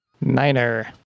Niner